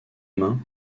main